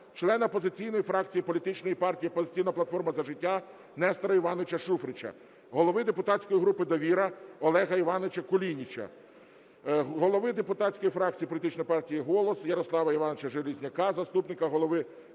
члена опозиційної фракції політичної партії "Опозиційна платформа - За життя" Нестора Івановича Шуфрича, голови депутатської групи "Довіра" Олега Івановича Кулініча, голови депутатської фракції політичної партії "Голос" Ярослава Івановича Железняка, заступника голови